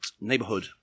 neighborhood